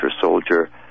soldier